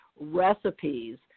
recipes